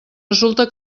resulta